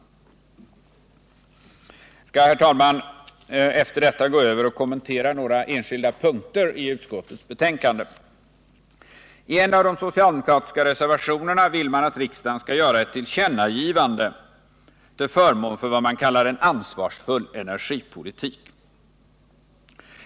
Herr talman! Efter detta skall jag kommentera några enskilda punkter i finansutskottets betänkande. I en av de socialdemokratiska reservationerna vill man att riksdagen skall göra ett tillkännagivande till förmån för vad man kallar en ansvarsfull energipolitik.